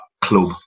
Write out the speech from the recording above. club